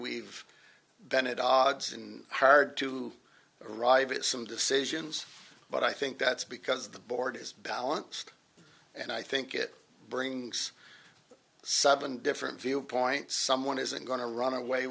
we've been a dog's and hard to arrive at some decisions but i think that's because the board is balanced and i think it brings seven different viewpoints someone isn't going to run away